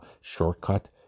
shortcut